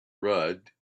rudd